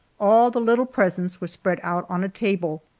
all the little presents were spread out on a table,